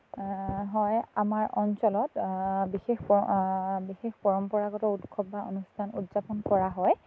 হয় আমাৰ অঞ্চলত বিশেষ বিশেষ পৰম্পৰাগত উৎসৱ বা অনুষ্ঠান উদযাপন কৰা হয়